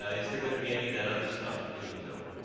ah is there going to be any of that other stuff in the film?